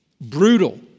brutal